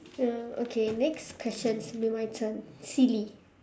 ya okay next question is my turn silly